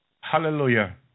Hallelujah